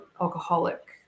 alcoholic